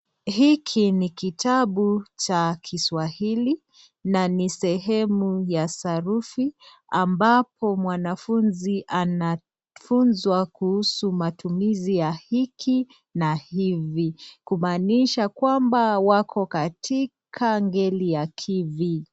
Hiki ni kitabu cha kiswahili na ni sehemu ya herufi ambapo mwanafunzi anafunzwa matumizi ya hiki na hivi kumaanisha kwamba wako katika ngeli ya ki-vi.